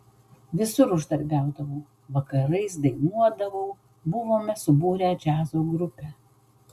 visur uždarbiaudavau vakarais dainuodavau buvome subūrę džiazo grupę